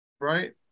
right